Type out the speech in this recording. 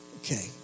Okay